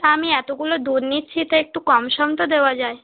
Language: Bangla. আমি এতগুলো দুধ নিচ্ছি তো একটু কম সম তো দেওয়া যায়